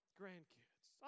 grandkids